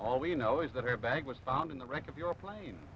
all we know is that her bag was found in the wreck of your plane